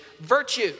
virtue